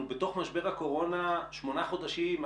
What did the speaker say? אנחנו בתוך משבר הקורונה שמונה חודשים,